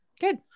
Good